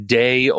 day